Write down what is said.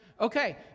Okay